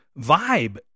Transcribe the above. vibe